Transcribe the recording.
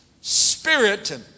spirit